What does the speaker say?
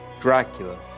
Dracula